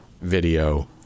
video